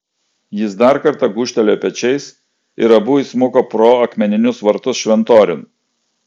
jis dar kartą gūžtelėjo pečiais ir abu įsmuko pro akmeninius vartus šventoriun